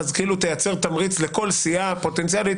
כאילו תייצר תמריץ לכל סיעה פוטנציאלית